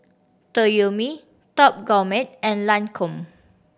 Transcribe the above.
Toyomi Top Gourmet and Lancome